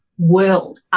World